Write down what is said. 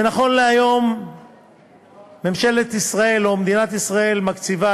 נכון להיום ממשלת ישראל או מדינת ישראל מקציבה